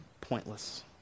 pointless